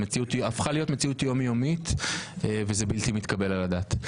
הפכה להיות מציאות יומיומית וזה בלתי מתקבל על הדעת.